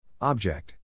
Object